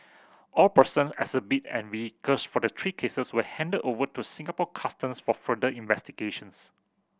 all person exhibit and vehicles for the three cases were handed over to Singapore Customs for further investigations